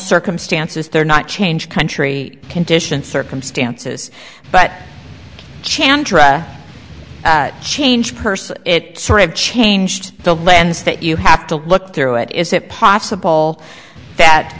circumstances they're not change country conditions circumstances but chandra changed person it changed the lens that you have to look through it is it possible that